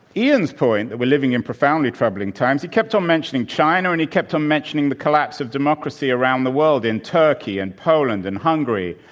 ian's point that we're living in profoundly troubling times he kept on mentioning china and he kept on mentioning the collapse of democracy around the world in turkey, and poland, and hungary,